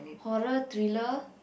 horror thriller